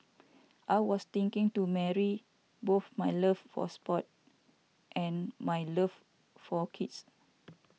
I was thinking to marry both my love for sports and my love for kids